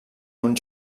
uns